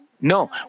no